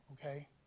Okay